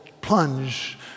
plunge